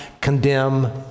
condemn